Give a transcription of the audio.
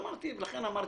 לכן אמרתי,